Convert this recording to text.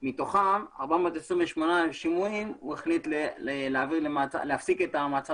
מתוכם הממונה החליט להפסיק את המעצר